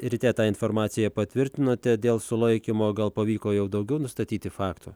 ryte tą informaciją patvirtinote dėl sulaikymo gal pavyko jau daugiau nustatyti faktų